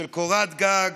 של קורת גג,